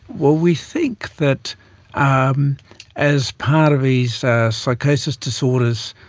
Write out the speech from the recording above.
well, we think that um as part of these psychosis disorders,